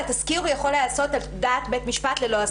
התסקיר יכול להיעשות על דעת בית משפט ללא הסכמה.